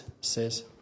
says